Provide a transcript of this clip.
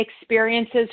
experiences